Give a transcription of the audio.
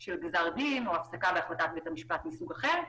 של גזר דין או הפסקה בהחלטת בית המשפט מסוג אחר,